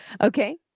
Okay